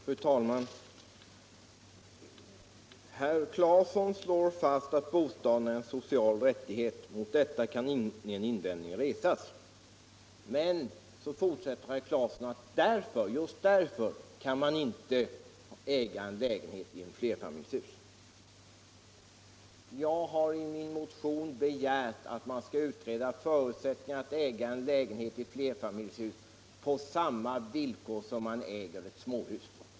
Fru talman! Herr Claeson slog här fast att det är en social rättighet att äga en bostad, och mot det kan väl inga invändningar resas. Men sedan fortsatte herr Claeson med att säga att just därför kan man inte äga en lägenhet i flerfamiljshus. Jag har i min motion begärt att man skall utreda förutsättningarna för att äga en lägenhet i flerfamiljshus på samma villkor som man nu kan äga ett småhus.